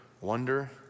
wonder